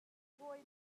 hawi